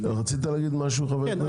רצית להגיד משהו, חבר הכנסת?